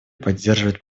поддерживает